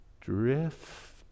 drift